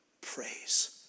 praise